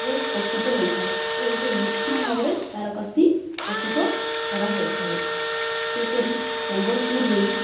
ରେ ପ୍ରସ୍ତୁତ ହୋଇଥାଏ ଓ ଏଇଟା ନିଖୁଣ ଭାବରେ ତାରକାସି ପ୍ରସ୍ତୁତ କରାଯାଇଥାଏ ସେହିପରି ସମ୍ବଲପୁରରେ